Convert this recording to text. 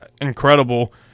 incredible